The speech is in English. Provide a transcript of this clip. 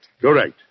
Correct